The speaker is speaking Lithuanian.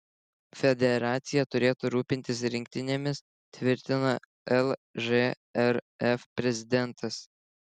federacija turėtų rūpintis rinktinėmis tvirtino lžrf prezidentas